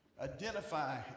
identify